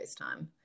FaceTime